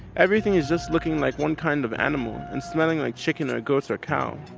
everything is just looking like one kind of animal and smelling like chicken, or goats, or cow.